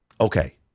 Okay